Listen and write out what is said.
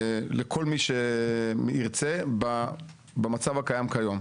לכל מי שירצה במצב הקיים כיום.